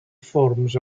forms